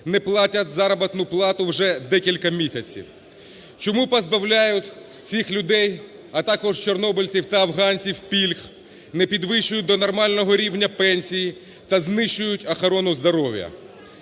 не платять заробітну плату вже декілька місяців. Чому позбавляють цих людей, а також чорнобильців та афганців, пільг, не підвищують до нормального рівня пенсії та знищують охорону здоров'я.